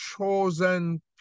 chosen